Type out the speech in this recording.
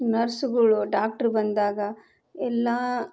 ನರ್ಸುಗಳು doctor ಬಂದಾಗ ಎಲ್ಲ